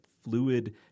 fluid